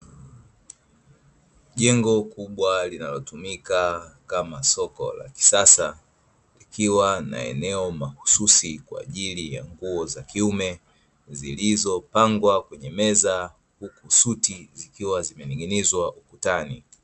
Jengo kubwa linalotumika kama soko la kisasa, likiwa na eneo mahususi kwa ajili ya nguo za kiume zilizopangwa kwenye meza, huku suti zikiwa zimening'inizwa ukutani.